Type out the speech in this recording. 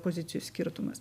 pozicijų skirtumas